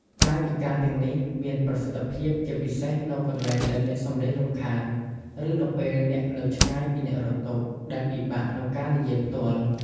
កាយវិការទាំងនេះមានប្រសិទ្ធភាពជាពិសេសនៅកន្លែងដែលមានសំឡេងរំខាន ឬនៅពេលអ្នកនៅឆ្ងាយពីអ្នករត់តុ ដែលពិបាកក្នុងការនិយាយផ្ទាល់។